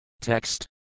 Text